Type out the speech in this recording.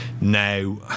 Now